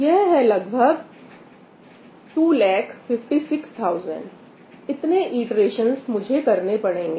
यह है लगभग 256000 इतने इटरेशंस मुझे करने पड़ेंगे